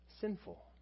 sinful